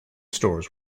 stores